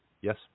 Yes